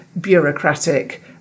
bureaucratic